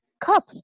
cup